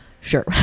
Sure